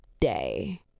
day